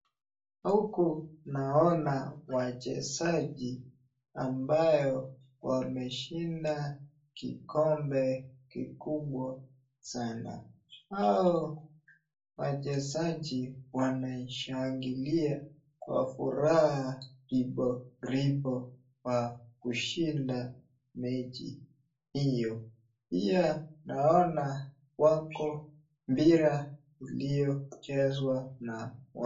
Huku naona wachezaji ambayo wameshinda kikombe kikubwa sana, hao wachezaji wanashangilia kwa furaha ribo ribo kwa kushinda mechi hiyo. Pia naona wako mpira uliochezwa na wa...